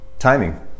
timing